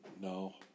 no